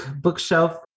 bookshelf